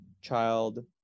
child